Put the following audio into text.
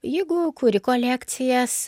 jeigu kuri kolekcijas